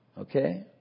Okay